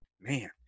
man